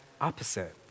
opposite